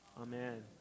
Amen